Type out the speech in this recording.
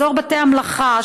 אזור בתי המלאכה,